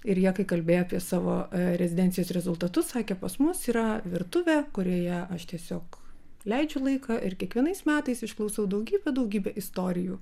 ir jie kai kalbėjo apie savo rezidencijos rezultatus sakė pas mus yra virtuvė kurioje aš tiesiog leidžiu laiką ir kiekvienais metais išklausau daugybę daugybę istorijų